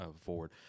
forward